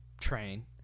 train